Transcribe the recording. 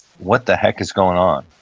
what the heck is going on?